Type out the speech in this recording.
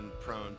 prone